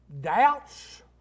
doubts